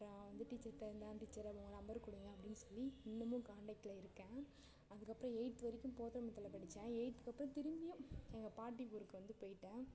அப்புறம் வந்து டீச்சர்கிட்ட இந்தாங்க டீச்சர் உங்கள் நம்பர் கொடுங்க அப்படின்னு சொல்லி இன்னமும் காண்டாக்டில் இருக்கேன் அதுக்கப்புறம் எயித் வரைக்கும் போத்தரிமங்கலத்தில் படித்தேன் எயித்துக்கு அப்புறம் திரும்பியும் எங்கள் பாட்டி ஊருக்கு வந்து போயிட்டேன்